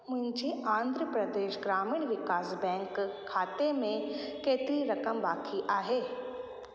मुंहिंजे आंध्र प्रदेश ग्रामीण विकास बैंक खाते में केतिरी रक़म बाक़ी आहे